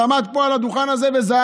הוא עמד פה על הדוכן הזה וזעק